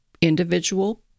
individual